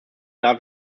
darf